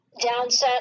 Downset